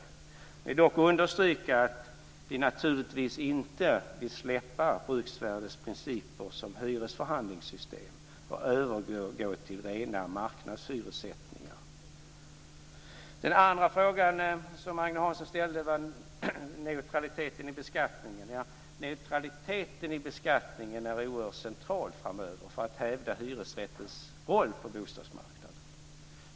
Jag vill dock understryka att regeringen naturligtvis inte vill släppa bruksvärdesprinciper som hyresförhandlingssystem och övergå till rena marknadshyressättningar. Den andra frågan som Agne Hansson ställde gällde neutraliteten i beskattningen. Detta är en oerhört central fråga framöver för att hävda hyresrättens roll på bostadsmarknaden.